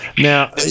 Now